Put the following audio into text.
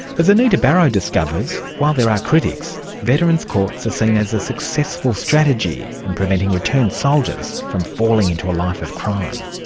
as anita barraud discovers, while there are critics, veterans' courts are seen as a successful strategy in preventing returned soldiers from falling into a life of crime.